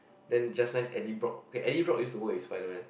then just nice Eddie-Brock okay Eddie-Brock use to work with Spider Man